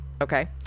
Okay